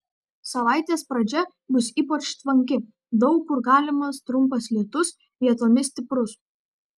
savaitės pradžia bus ypač tvanki daug kur galimas trumpas lietus vietomis stiprus